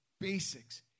basics